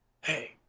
hey